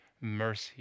mercy